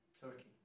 Turkey